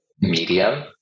medium